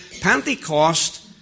Pentecost